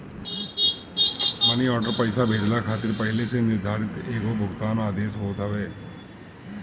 मनी order पईसा भेजला खातिर पहिले से निर्धारित एगो भुगतान आदेश होत हवे